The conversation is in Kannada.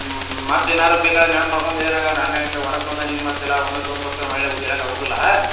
ಹ್ಞೂ ಮತ್ತು ಏನಾರು ನೆನ್ಪ್ಮಾಡ್ಕೊಂಡು ಹೊರಗೆ ಬಂದಾನಿ ಮತ್ತೆಲ್ಲ ಒಮ್ಮಿ ತಗೊಂಡು ಬರ್ತೀನಿ ಹೇಳಕ್ಕೆ ಆಗುದಿಲ್ಲ